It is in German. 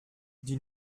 die